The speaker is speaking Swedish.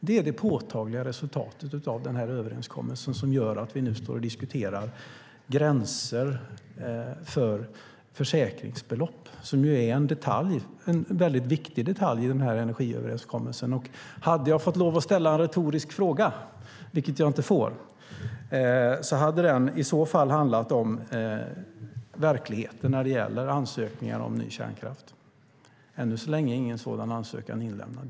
Det är det påtagliga resultatet av denna överenskommelse som gör att vi nu står och diskuterar gränser för försäkringsbelopp, som är en väldigt viktig detalj i energiöverenskommelsen. Hade jag fått ställa en retorisk fråga, vilket jag inte får, hade den i så fall handlat om verkligheten när det gäller ansökningar om ny kärnkraft. Ännu så länge är ingen sådan ansökan inlämnad.